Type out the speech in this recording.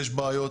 יש בעיות,